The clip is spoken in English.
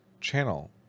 channel